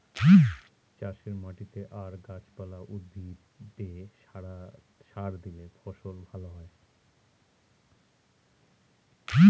চাষের মাটিতে আর গাছ পালা, উদ্ভিদে সার দিলে ফসল ভালো হয়